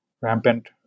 rampant